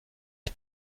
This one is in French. est